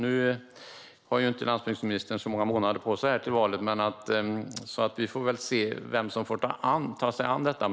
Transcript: Nu har ju inte landsbygdsministern så många månader på sig till valet, och vi får väl se vem som får ta sig an detta.